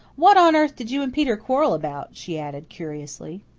what on earth did you and peter quarrel about? she added, curiously.